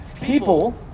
People